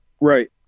Right